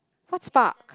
what's park